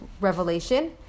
revelation